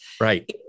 Right